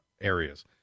areas